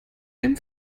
einem